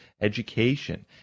education